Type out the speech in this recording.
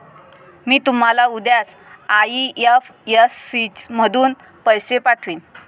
मी तुम्हाला उद्याच आई.एफ.एस.सी मधून पैसे पाठवीन